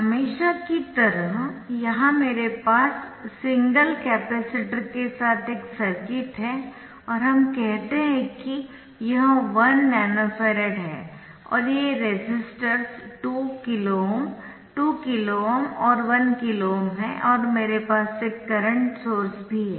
हमेशा की तरह यहां मेरे पास सिंगल कैपेसिटर के साथ एक सर्किट है और हम कहते है यह 1 नैनोफैरड है और ये रेसिस्टर्स 2K𝛀 2K𝛀 और 1K𝛀 है और मेरे पास एक करंट सोर्स भी है